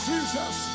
Jesus